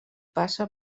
passa